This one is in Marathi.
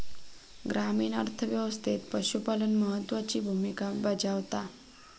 ग्रामीण अर्थ व्यवस्थेत पशुपालन महत्त्वाची भूमिका बजावता